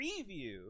preview